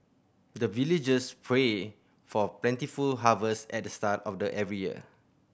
the villagers pray for plentiful harvest at the start of every year